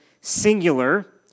singular